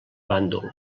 bàndol